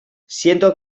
siento